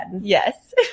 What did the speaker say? Yes